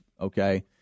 okay